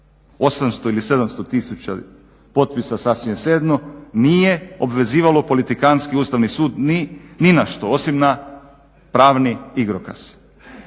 800 ili 700 tisuća potpisa sasvim je svejedno, nije obvezivalo politikantski Ustavni sud ni na što osim na pravni igrokaz.